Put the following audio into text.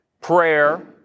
prayer